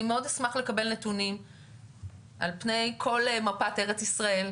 אני מאוד אשמח לקבל נתונים על פני כל מפת ארץ ישראל,